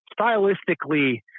stylistically